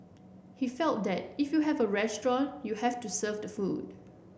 he felt that if you have a restaurant you have to serve the food